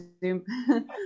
Zoom